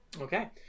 Okay